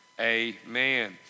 Amen